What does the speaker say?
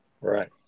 right